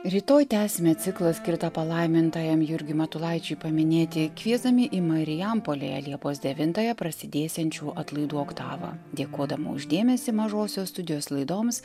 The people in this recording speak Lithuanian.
rytoj tęsime ciklą skirtą palaimintajam jurgiui matulaičiui paminėti kviesdami į marijampolėje liepos devintąją prasidėsiančių atlaidų oktavą dėkodama už dėmesį mažosios studijos laidoms